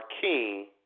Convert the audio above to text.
king